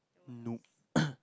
noob